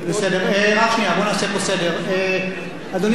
אדוני סגן יושב-ראש הכנסת, אתה רוצה לשוחח אתם?